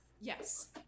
Yes